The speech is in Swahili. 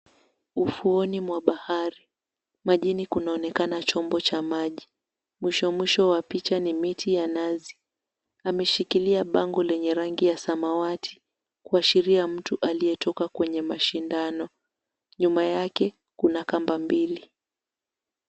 Ufuoni mwa bahari, majini kunaonekana chombo cha maji. Mwishomwisho wa picha ni miti ya nazi. Ameshikilia bango lenye rangi ya samawati, kuashiria mtu aliyetoka kwenye mashindano. Nyuma yake kuna kamba mbili.